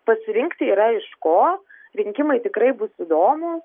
pasirinkti yra iš ko rinkimai tikrai bus įdomu